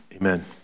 Amen